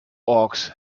hawks